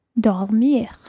dormir